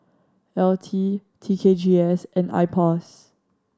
LT T K G S and IPOS